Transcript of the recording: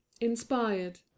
inspired